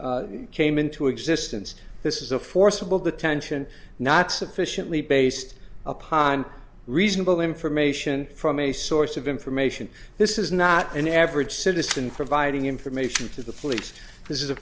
came into existence this is a forcible detention not sufficiently based upon reasonable information from a source of information this is not an average citizen providing information to the police this is a